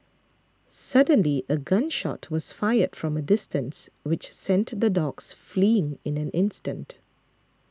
suddenly a gun shot was fired from a distance which sent the dogs fleeing in an instant